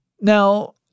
Now